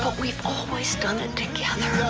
we've always done it together.